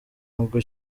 ngo